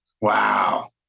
Wow